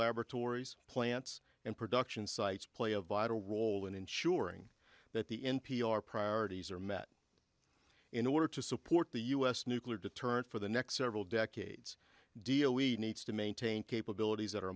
laboratories plants and production sites play a vital role in ensuring that the n p r priorities are met in order to support the u s nuclear deterrent for the next several decades deal we need to maintain capabilities that are